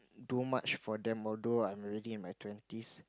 do much for them although I'm already in my twenties